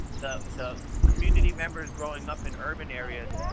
the the community members growing up in urban areas,